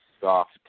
soft